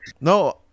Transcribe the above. No